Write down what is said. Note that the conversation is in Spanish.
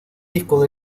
disco